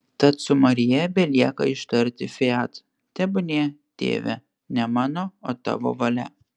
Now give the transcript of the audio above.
tad su marija belieka ištarti fiat tebūnie tėve ne mano o tavo valia